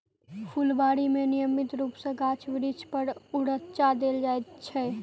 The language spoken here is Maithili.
फूलबाड़ी मे नियमित रूप सॅ गाछ बिरिछ पर छङच्चा देल जाइत छै